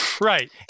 Right